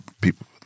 people